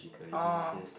orh